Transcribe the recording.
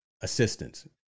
assistance